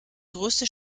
größte